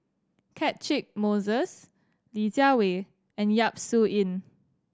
Catchick Moses Li Jiawei and Yap Su Yin